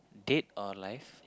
dead or alive